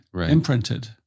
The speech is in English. imprinted